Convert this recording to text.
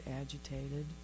agitated